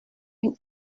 une